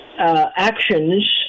Actions